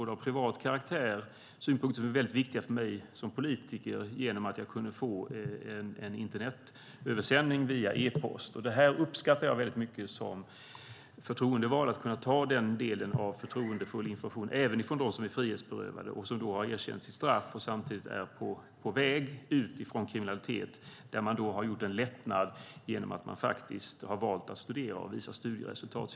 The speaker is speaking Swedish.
Detta var synpunkter som var väldigt viktiga för mig som politiker, och jag kunde få ta del av dem genom en internetöversändning via e-post. Jag uppskattar som förtroendevald att kunna ta del av förtroendefull information även från dem som är frihetsberövade. De har erkänt sin skuld, är på väg från kriminalitet och har fått en lättnad eftersom de har valt att studera och visa studieresultat.